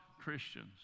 Christians